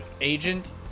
agent